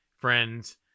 friends